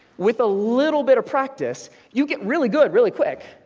with a little bit of practice, you get really good, really quick.